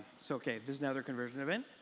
so ok, this is now their conversion event.